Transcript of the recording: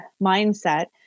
mindset